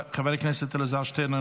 חבר הכנסת אלעזר שטרן,